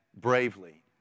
bravely